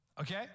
Okay